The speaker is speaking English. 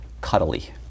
cuddly